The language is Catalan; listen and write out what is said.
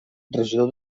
regidor